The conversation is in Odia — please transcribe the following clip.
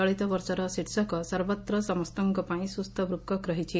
ଚଳିତବର୍ଷର ଶୀର୍ଷକ 'ସର୍ବତ୍ର ସମସ୍ତଙ୍କ ପାଇଁ ସୁସ୍ଥ ବୁକକ' ରହିଛି